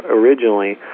originally